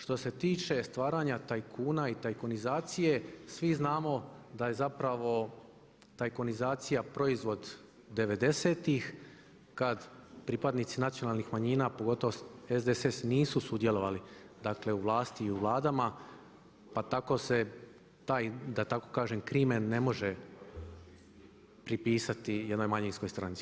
Što se tiče stvaranja tajkuna i tajkunizacije svi znamo da je zapravo tajkunizacija proizvod devedesetih kad pripadnici nacionalnih manjina pogotovo SDSS nisu sudjelovali, dakle u vlasti i u vladama, pa tako se taj, da tako kažem crimen ne može pripisati jednoj manjinskoj stranci.